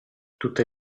tutte